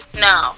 No